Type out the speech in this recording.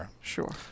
sure